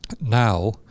now